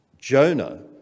Jonah